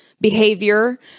behavior